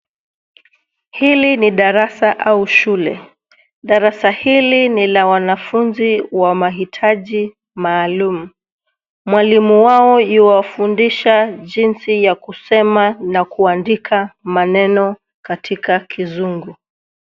Hili ni darasa au shule. Darasa hili ni la wanafunzi wa mahitaji maalum. Mwalimu wao yuwafundisha jinsi ya kusema na kuandika maneno katika kizungu.